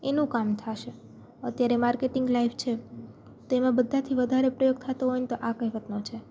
એનું કામ થશે અત્યારે માર્કેટિંગ લાઈફ છે તેમાં બધાથી વધારે પ્રયોગ થતો હોયને તો આ કહેવતનો છે